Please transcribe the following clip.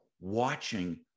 watching